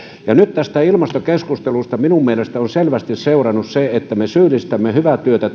nyt tästä ilmastokeskustelusta minun mielestäni on selvästi seurannut se että me syyllistämme hyvää työtä